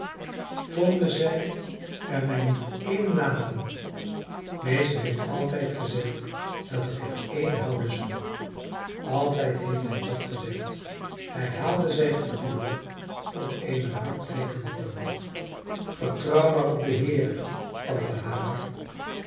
konden zij er mij niet één laten meester heeft altijd gezegd dat ik er één houden zou altijd heeft hij dat gezegd herhaalde zij gedurig op een hartbrekenden toon vertrouw maar op den heere tante hagar